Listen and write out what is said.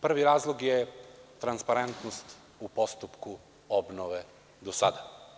Prvi razlog je transparentnost u postupku obnove do sada.